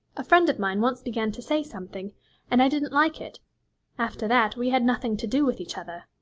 a friend of mine once began to say something and i didn't like it after that we had nothing to do with each other